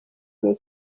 gihe